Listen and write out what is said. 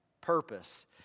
purpose